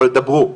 אבל דברו,